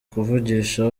kuvugisha